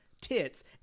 tits